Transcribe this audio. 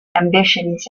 ambitions